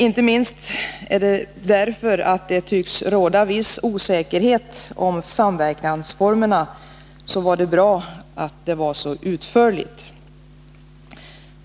Inte minst därför att det tycks råda viss osäkerhet om samverkansformerna är det bra att svaret var så utförligt.